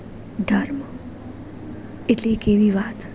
ધર્મ એટલે એક એવી વાત